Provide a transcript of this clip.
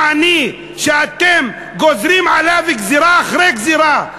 העני שאתם גוזרים עליו גזירה אחרי גזירה,